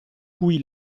cui